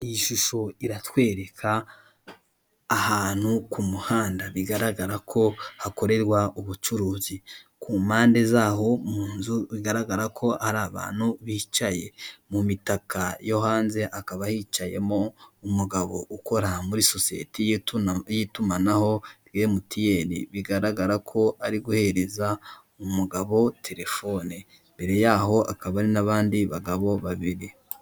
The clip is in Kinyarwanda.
Iyi shusho iratwereka ahantu ku muhanda bigaragara ko hakorerwa ubucuruzi, ku mpande zaho mu nzu bigaragara ko hari abantu bicaye, mu mitaka yo hanze akaba yicayemo umugabo ukora muri sosiyeti y'itumanaho emutiyeni, bigaragara ko ari guhereza umugabo telefone, imbere yaho akaba ari n'abandi bagabo babiri.